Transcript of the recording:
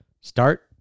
start